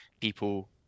people